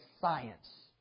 science